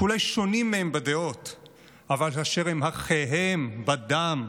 שאולי שונים מהם בדעותיהם אבל הם אחיהם בדם.